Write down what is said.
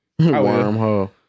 Wormhole